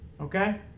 okay